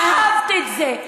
אהבת את זה,